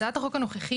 הצעת החוק הנוכחית